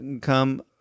come